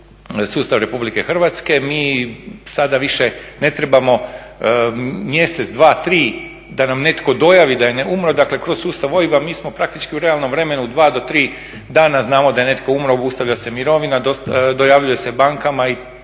sustav RH, mi sada više ne trebamo mjesec, dva, tri da nam netko dojavi da je netko umro. Dakle, kroz sustav OIB-a mi smo praktički u realnom vremenu 2 do 3 dana znamo da je netko umro, obustavlja se mirovina, dojavljuje se banka i time